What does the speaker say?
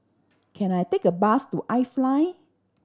can I take a bus to iFly